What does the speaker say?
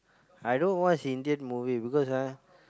I don't watch Indian movie because ah